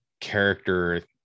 character